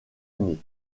année